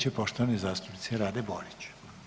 će poštovane zastupnice Rade Borić.